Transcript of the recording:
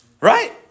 Right